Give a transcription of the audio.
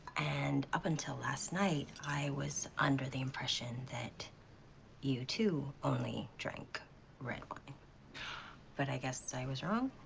and up until last night i was under the impression that you two only drink red. but i guess i was wrong.